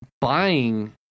buying